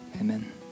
Amen